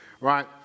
right